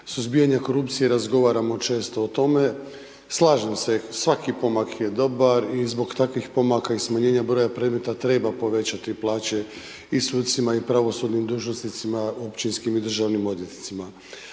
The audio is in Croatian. suzbijanja korupcije razgovaramo često o tome i slažem se, svaki pomak je dobar i zbog takvih pomaka i smanjenja broja predmeta, treba povećati plaće i sucima i pravosudnim dužnosnicima, općinskim i državnim odvjetnicima.